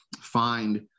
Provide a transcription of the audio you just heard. find